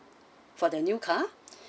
for the new car